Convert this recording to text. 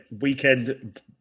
weekend